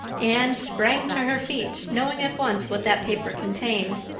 anne sprang to her feet, knowing at once what that paper contained.